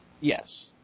Yes